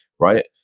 right